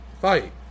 fight